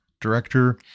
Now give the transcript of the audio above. director